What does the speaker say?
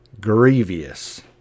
grievous